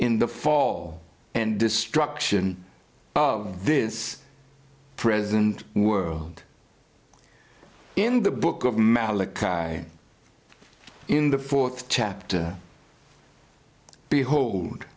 in the fall and destruction of this present world in the book of malikai in the fourth chapter behold